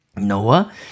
Noah